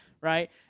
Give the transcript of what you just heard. right